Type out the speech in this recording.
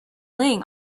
laying